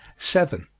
seven.